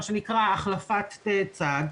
מה שנקרא החלפת צד.